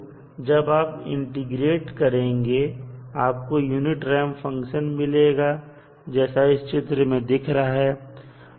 तो जब आप इंटीग्रेट करेंगे आपको यूनिट रैंप फंक्शन मिलेगा जैसा इस चित्र में दिख रहा है